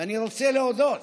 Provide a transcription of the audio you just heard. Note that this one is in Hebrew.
ואני רוצה להודות